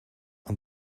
aan